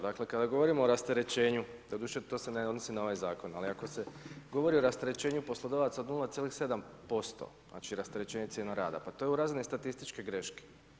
Dakle kada govorimo o rasterećenju, doduše to se ne odnosi na ovaj zakon ali ako se govori o rasterećenju poslodavaca od 9,7%, znači rasterećenje cijena rada, pa to je u razini statističke greške.